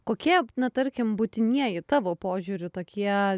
kokie na tarkim būtinieji tavo požiūriu tokie